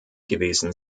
gewesen